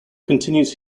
continues